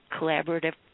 collaborative